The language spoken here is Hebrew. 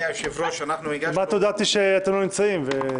כמעט הודעתי שאתם לא נמצאים.